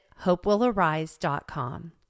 HopeWillArise.com